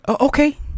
Okay